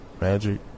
Magic